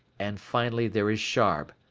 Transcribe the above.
and finally there is sharb,